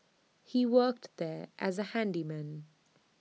he worked there as A handyman